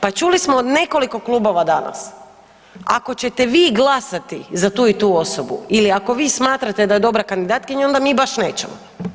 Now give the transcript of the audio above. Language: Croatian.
Pa čuli smo od nekoliko klubova danas, ako ćete vi glasati za tu i tu osobu ili ako vi smatrate da je dobra kandidatkinja, onda mi baš nećemo.